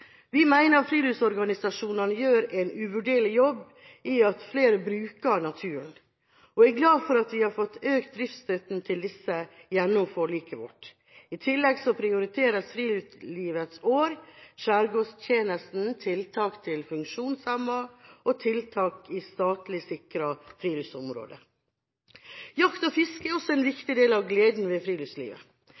Vi mener at friluftsorganisasjonene gjør en uvurderlig jobb i å få flere til å bruke naturen. Jeg er glad for at vi har fått økt driftsstøtten til disse gjennom forliket vårt. I tillegg prioriteres Friluftslivets år, Skjærgårdstjenesten, tiltak for funksjonshemmede og tiltak i statlig sikret friluftsområde. Jakt og fiske er også en viktig del av gleden ved friluftslivet.